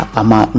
ama